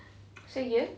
say again